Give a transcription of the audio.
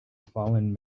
fallen